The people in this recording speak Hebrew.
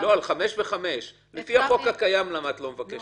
לפי החוק הקיים, למה את לא מבקשת את זה?